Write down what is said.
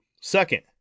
Second